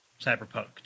Cyberpunk